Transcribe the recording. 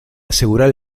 asegurar